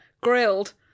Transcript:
grilled